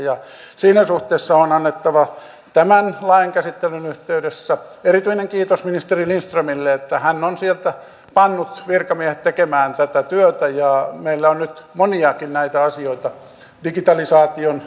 siinä suhteessa on annettava tämän lain käsittelyn yhteydessä erityinen kiitos ministeri lindströmille että hän on pannut virkamiehet tekemään tätä työtä ja meillä on nyt menossa moniakin näitä asioita digitalisaation